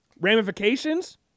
ramifications